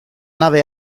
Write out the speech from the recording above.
nave